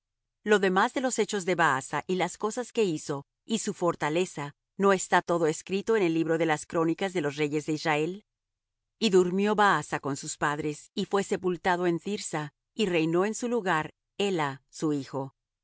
lo demás de los hechos de baasa y las cosas que hizo y su fortaleza no está todo escrito en el libro de las crónicas de los reyes de israel y durmió baasa con sus padres y fué sepultado en thirsa y reinó en su lugar ela su hijo